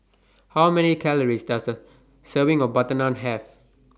How Many Calories Does A Serving of Butter Naan Have